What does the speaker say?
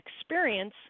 experience